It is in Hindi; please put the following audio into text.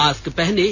मास्क पहनें